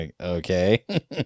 okay